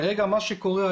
כרגע מה שקורה,